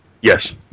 Yes